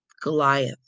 Goliath